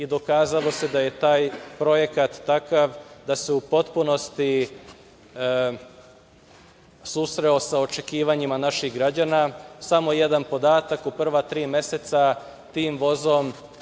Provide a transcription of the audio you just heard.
dokazalo se da je taj projekat takav da se u potpunosti susreo sa očekivanjima naših građana. Samo jedan podatak, u prva tri meseca tim vozom